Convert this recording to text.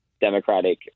Democratic